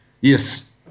yes